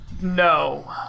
No